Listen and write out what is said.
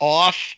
off